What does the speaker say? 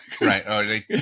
Right